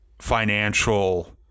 financial